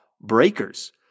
breakers